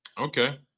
Okay